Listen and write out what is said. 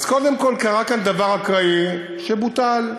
אז קודם כול, קרה כאן דבר אקראי, שבוטל.